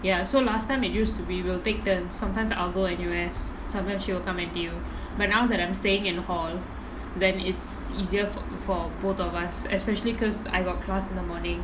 ya so last time it used to be we'll take turn sometimes I'll go N_U_S sometimes she will come N_T_U but now that I'm staying in hall then it's easier for for both of us especially because I got class in the morning